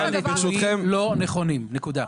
הנתונים שברשותכם לא נכונים, נקודה.